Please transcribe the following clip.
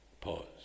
Pause